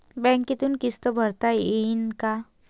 बँकेतून किस्त भरता येईन का?